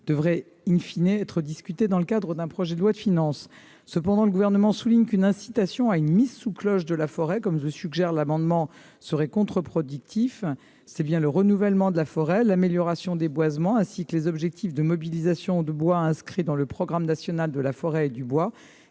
devrait,, être discuté dans le cadre de l'examen d'un projet de loi de finances. Cependant, le Gouvernement souligne qu'une incitation à une « mise sous cloche » de la forêt serait contre-productive. Le renouvellement de la forêt, l'amélioration des boisements, ainsi que les objectifs de mobilisation de bois inscrits dans le programme national de la forêt et du bois